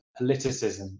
politicism